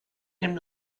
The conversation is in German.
dem